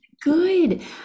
Good